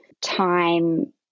time